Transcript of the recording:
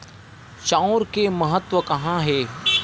चांउर के महत्व कहां हे?